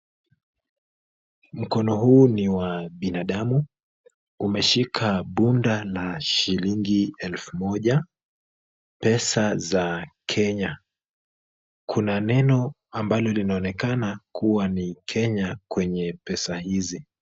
Mkono huu ni wa binadamu. Umeshika bunda la shilingi elfu moja pesa za Kenya. Kuna neno ambalo linaonekana kuwa ni Kenya kwenye pesa hizi.